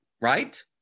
Right